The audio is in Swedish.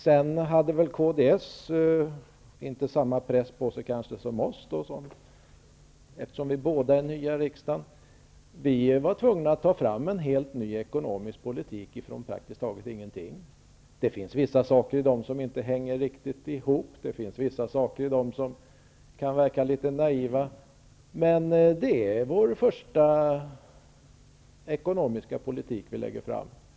Kds hade inte samma press på sig som vi när båda partierna kom in i riksdagen. Vi var tvungna att ta fram en helt ny ekonomisk politik, från praktiskt taget ingenting. Det finns vissa saker där som inte riktigt hänger ihop och vissa saker som kan verka naiva, men det är alltså vår första ekonomiska politik som vi lägger fram.